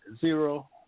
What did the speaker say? Zero